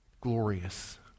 glorious